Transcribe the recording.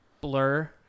blur